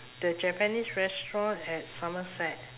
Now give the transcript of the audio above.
the japanese restaurant at somerset